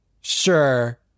sure